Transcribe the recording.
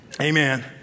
Amen